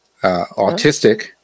autistic